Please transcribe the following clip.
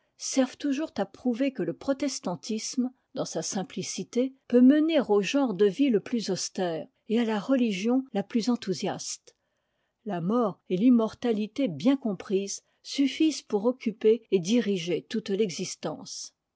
servent surtout à prouver que le protestantisme dans sa simplicité peut mener au genre de vie le plus austère et à la religion la plus enthousiaste la mort et l'immortalité bien èomprises suffisent pour occuper et diriger toute l'existence